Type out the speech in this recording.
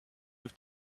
have